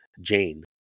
Jane